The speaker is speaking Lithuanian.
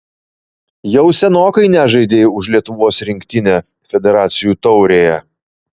jau senokai nežaidei už lietuvos rinktinę federacijų taurėje